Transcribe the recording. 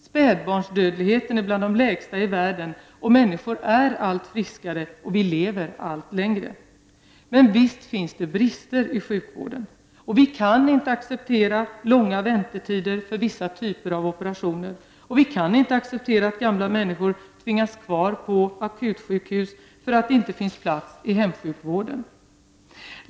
Spädbarnsdödligheten är bland de lägsta i världen. Människor är allt friskare, och vi lever allt längre. Visst finns det brister i sjukvården. Vi kan inte acceptera långa väntetider för vissa typer av operationer. Vi kan inte acceptera att gamla människor tvingas kvar på akutsjukhus för att det inte finns plats i hemsjukvården.